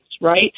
right